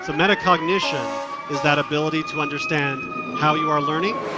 so meta-cognition is that ability to understand how you are learning,